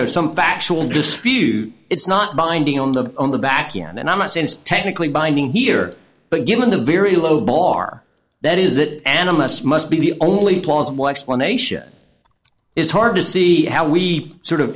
know some factual dispute it's not binding on the on the backyard and i'm a sense technically binding here but given the very low bar that is that animists must be the only plausible explanation is hard to see how we sort of